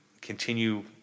continue